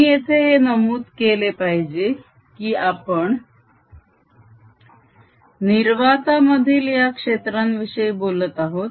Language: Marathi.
मी येथे हे नमूद केले पाहिजे की आपण निर्वातामधील या क्षेत्रांविषयी बोलत आहोत